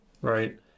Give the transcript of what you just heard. right